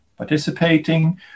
participating